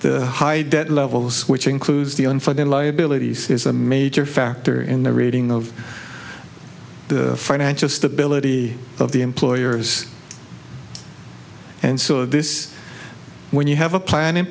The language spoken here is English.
the high debt levels which includes the unfunded liabilities is a major factor in the rating of the financial stability of the employers and so this when you have a plan in